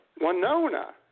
Winona